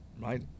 Right